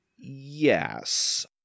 Yes